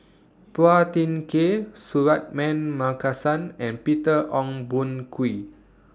Phua Thin Kiay Suratman Markasan and Peter Ong Boon Kwee